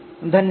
धन्यवाद